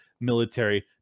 military